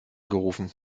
gerufen